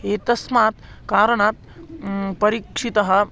एतस्मात् कारणात् परीक्षितः